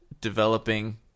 developing